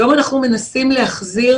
היום אנחנו מנסים להחזיר